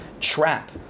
trap